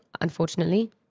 Unfortunately